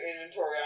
inventory